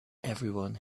everyone